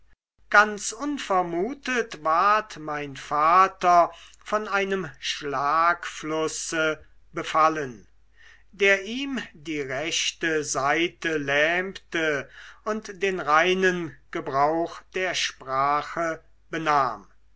ganz unvermutet ward mein vater von einem schlagflusse befallen der ihm die rechte seite lähmte und den reinen gebrauch der sprache benahm